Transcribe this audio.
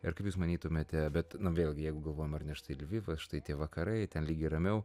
ir kaip jūs manytumėte bet vėlgi jeigu galvojam ar ne štai lvivas štai tie vakarai ten lyg ir ramiau